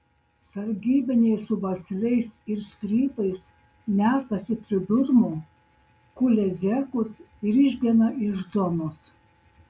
sargybiniai su basliais ir strypais metasi pridurmu kulia zekus ir išgena iš zonos